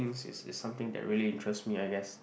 is is something that really interest me I guess